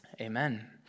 Amen